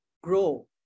grow